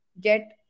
get